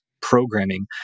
programming